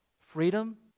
freedom